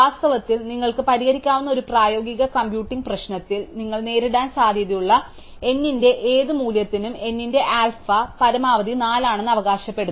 വാസ്തവത്തിൽ നിങ്ങൾക്ക് പരിഹരിക്കാനാകുന്ന ഒരു പ്രായോഗിക കമ്പ്യൂട്ടിംഗ് പ്രശ്നത്തിൽ നിങ്ങൾ നേരിടാൻ സാധ്യതയുള്ള n ന്റെ ഏത് മൂല്യത്തിനും n ന്റെ ആൽഫ പരമാവധി 4 ആണെന്ന് അവകാശപ്പെടുന്നു